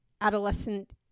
adolescent